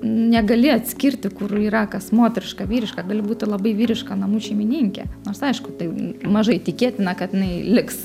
negali atskirti kur yra kas moteriška vyriška gali būti labai vyriška namų šeimininkė nors aišku tai mažai tikėtina kad jinai liks